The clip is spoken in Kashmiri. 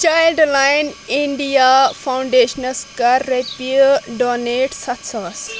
چایِلڈ لایِن اِنٛڈیا فاوُڈیشنس کَر رۄپیہِ ڈونیٹ سَتھ ساس